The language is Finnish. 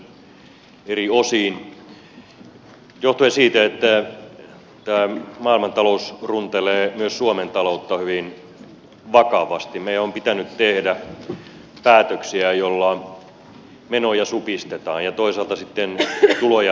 johtuen siitä että tämä maailmantalous runtelee myös suomen taloutta hyvin vakavasti meidän on pitänyt tehdä päätöksiä joilla menoja supistetaan ja toisaalta sitten tuloja lisätään